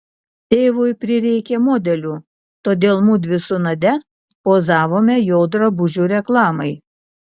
tėvui prireikė modelių tad mudvi su nadia pozavome jo drabužių reklamai